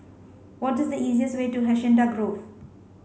what is the easiest way to Hacienda Grove